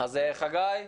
חגי,